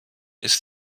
ist